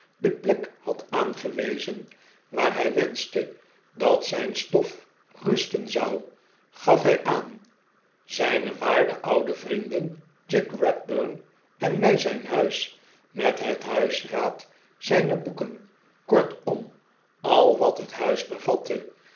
de plek had aangewezen waar hy wenschte datzynstofrusten zou gaf hy aan zyne waarde oude vrienden jack redburn en my zyn huis met het huisraad zyne boeken kortom al wat het huis